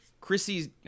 Chrissy